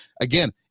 again